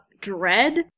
dread